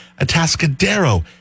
Atascadero